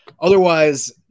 Otherwise